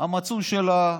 המצוי של,